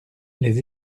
les